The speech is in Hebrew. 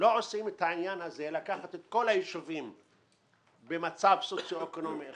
את כל היישובים במצב סוציו אקונומי 1,